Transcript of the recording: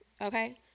Okay